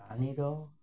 ପାଣିିର